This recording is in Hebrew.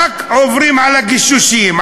רק עוברים על הגישושים,